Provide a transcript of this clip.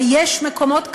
ויש מקומות כאלה,